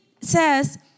says